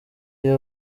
iyo